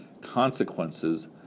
consequences